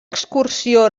excursió